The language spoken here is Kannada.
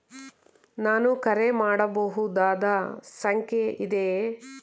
ನಾನು ಕರೆ ಮಾಡಬಹುದಾದ ಸಂಖ್ಯೆ ಇದೆಯೇ?